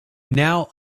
now